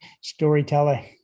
storytelling